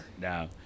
No